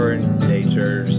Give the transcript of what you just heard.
nature